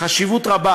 חשיבות רבה.